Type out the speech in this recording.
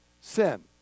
sin